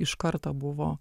iš karto buvo